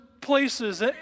places